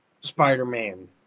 Spider-Man